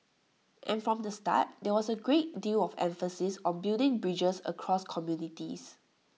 and from the start there was A great deal of emphasis on building bridges across communities